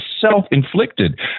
self-inflicted